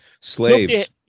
slaves